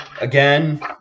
Again